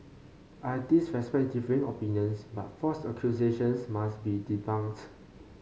I respect differing opinions but false accusations must be debunked